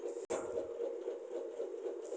अभी आलू के उद्भव दर ढेर धीमा हो गईल बा